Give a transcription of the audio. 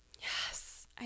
Yes